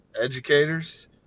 educators